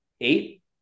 eight